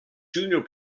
junior